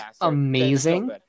amazing